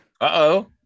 Uh-oh